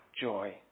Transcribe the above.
joy